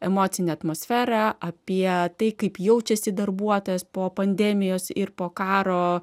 emocinę atmosferą apie tai kaip jaučiasi darbuotojas po pandemijos ir po karo